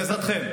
בעזרתכם.